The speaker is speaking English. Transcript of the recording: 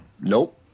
Nope